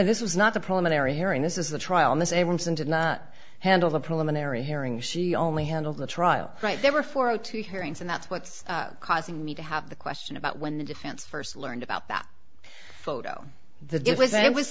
this was not the preliminary hearing this is the trial and this abramson did not handle the preliminary hearing she only handled the trial right there were four o two hearings and that's what's causing me to have the question about when the defense first learned about that photo the diff was that it was